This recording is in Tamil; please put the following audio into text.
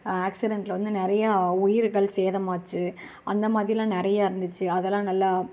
ஆ ஆக்ஸிடெண்ட்ல வந்து நிறையா உயிர்கள் சேதமாச்சு அந்தமாதிரிலாம் நிறையா இருந்திச்சு அதெலாம் நல்லா